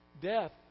Death